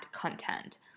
content